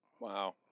wow